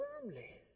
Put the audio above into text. firmly